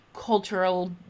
cultural